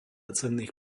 cenných